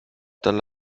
dann